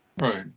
right